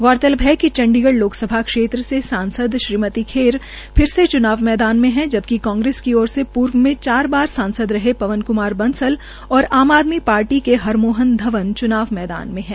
गौरतलब है कि चण्डीगढ लोकसभा क्षेत्र से सांसद श्रीमती खेर फिर से चुनाव मैदान में हैं जबकि कांग्रसे की ओर से पूर्व में चार बार सांसद रहे पवन कुमार बंसल और आम आदमी पार्टी के हरमोहन धवन चुनाव मैदान में हैं